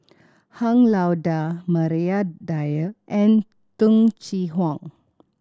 Han Lao Da Maria Dyer and Tung Chye Hong